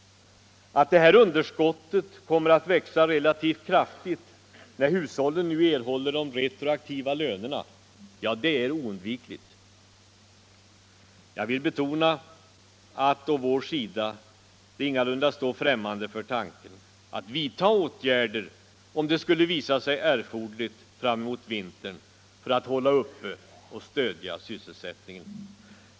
Att detta underskott torde komma att växa relativt kraftigt när hushållen nu erhåller de retroaktiva lönerna är oundvikligt. Jag vill betona att vi från vår sida ingalunda står främmande för tanken att vidta åtgärder om det skulle visa sig erforderligt fram emot vintern för att hålla uppe och stödja sysselsättningen.